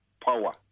Power